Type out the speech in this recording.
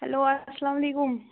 hello اسلام علیکُم